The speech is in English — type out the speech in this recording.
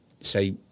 say